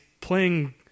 playing